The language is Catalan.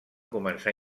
començar